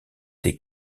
des